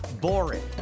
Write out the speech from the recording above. boring